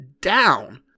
down